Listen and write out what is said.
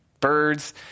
birds